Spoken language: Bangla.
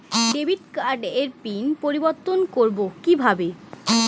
ডেবিট কার্ডের পিন পরিবর্তন করবো কীভাবে?